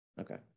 Okay